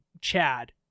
Chad